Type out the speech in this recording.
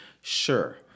Sure